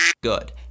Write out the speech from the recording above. good